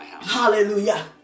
Hallelujah